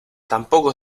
tampoco